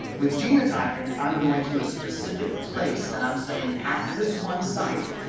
with genotyping, i'm going to a specific place, and i'm saying at this one site,